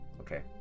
okay